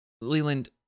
Leland